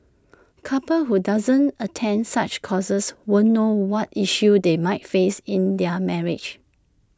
couples who don't attend such courses won't know what issues they might face in their marriage